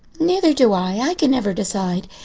neither do i. i can never decide.